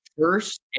first